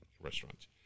restaurant